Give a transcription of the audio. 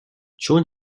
چون